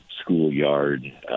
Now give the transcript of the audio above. schoolyard